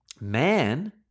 Man